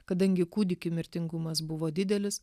kadangi kūdikių mirtingumas buvo didelis